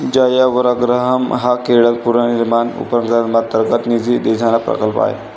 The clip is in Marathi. जयवग्रहम हा केरळ पुनर्निर्माण उपक्रमांतर्गत निधी देणारा प्रकल्प आहे